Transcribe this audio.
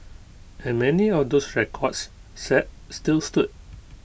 and many of those records set still stood